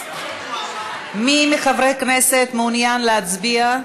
מי מחברי הכנסת מעוניין להצביע,